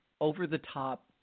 over-the-top